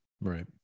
Right